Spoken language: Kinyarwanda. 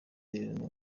rero